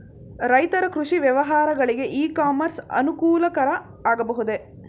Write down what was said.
ರೈತರ ಕೃಷಿ ವ್ಯವಹಾರಗಳಿಗೆ ಇ ಕಾಮರ್ಸ್ ಅನುಕೂಲಕರ ಆಗಬಹುದೇ?